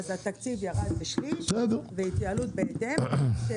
אז התקציב ירד בשליש וההתייעלות בהתאם.